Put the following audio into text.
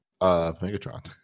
Megatron